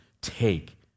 take